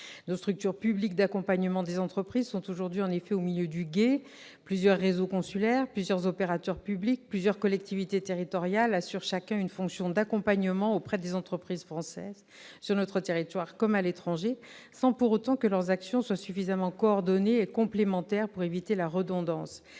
nos structures publiques d'accompagnement des entreprises sont aujourd'hui au milieu du gué : plusieurs réseaux consulaires, plusieurs opérateurs publics, plusieurs collectivités territoriales assurent chacun une fonction d'accompagnement auprès des entreprises françaises sur notre territoire, comme à l'étranger, sans que leurs actions soient pour autant suffisamment coordonnées et complémentaires pour éviter les redondances.